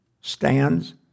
stands